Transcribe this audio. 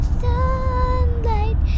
sunlight